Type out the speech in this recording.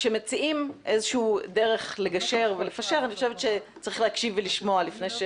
שכשמציעים איזה שהיא דרך לגשר ולפשר צריך להקשיב ולשמוע לפני ש